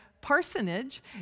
parsonage